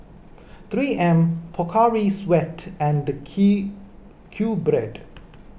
three M Pocari Sweat and Q Bread